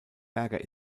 berger